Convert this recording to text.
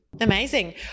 Amazing